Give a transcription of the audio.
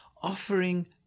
offering